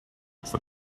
said